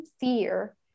fear